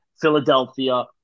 Philadelphia